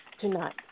tonight